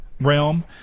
realm